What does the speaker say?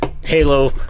Halo